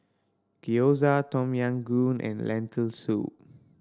Gyoza Tom Yam Goong and Lentil Soup